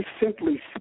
simply